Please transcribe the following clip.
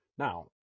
Now